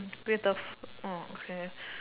with the f~ orh okay